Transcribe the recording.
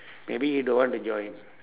maybe he don't want to join